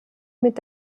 mit